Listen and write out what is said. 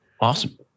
Awesome